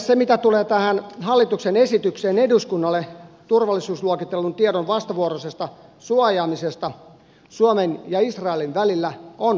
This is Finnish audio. se mitä tulee tähän hallituksen esitykseen eduskunnalle turvallisuusluokitellun tiedon vastavuoroisesta suojaamisesta suomen ja israelin välillä on kannatettavaa